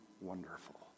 wonderful